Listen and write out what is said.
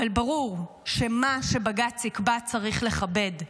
אבל ברור שמה שבג"ץ יקבע צריך לכבד.